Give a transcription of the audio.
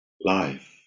life